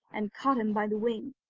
and caught him by the wing.